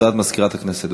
הודעת מזכירת הכנסת.